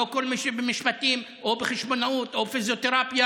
לא כל מי שבמשפטים או בחשבונאות או בפיזיותרפיה,